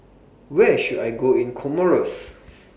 Where should I Go in Comoros